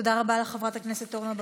תודה רבה לחברת הכנסת אורנה ברביבאי.